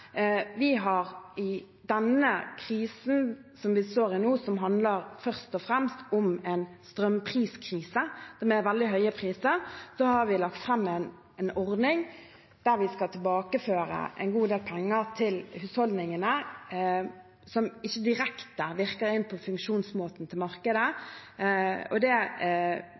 vi står i nå, som først og fremst handler om en strømpriskrise med veldig høye priser, lagt fram en ordning der vi skal tilbakeføre en god del penger til husholdningene som ikke direkte virker inn på funksjonsmåten til markedet. Det har vi gjort fordi vi frykter at det